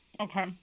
Okay